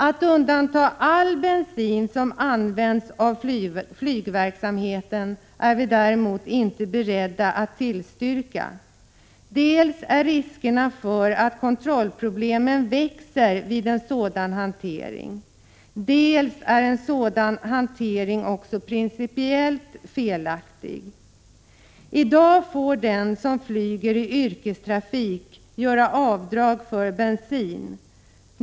é Ett undantagande av all bensin som används för flygverksamhet är vi däremot inte beredda att tillstyrka. Dels är riskerna stora för att kontrollproblemen växer, dels är en sådan hantering också principiellt felaktig. I dag får den som flyger i yrkestrafik göra avdrag för bensin.